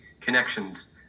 connections